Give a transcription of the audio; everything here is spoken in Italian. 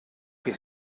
che